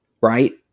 right